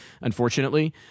unfortunately